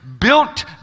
built